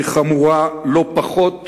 והיא חמורה לא פחות